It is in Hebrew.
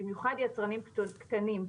במיוחד יצרנים קטנים,